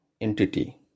entity